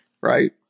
right